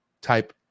type